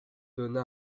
donna